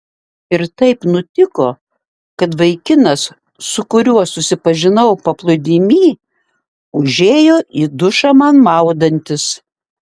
ir taip nutiko kad vaikinas su kuriuo susipažinau paplūdimy užėjo į dušą man maudantis